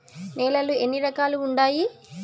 నేలలు ఎన్ని రకాలు వుండాయి?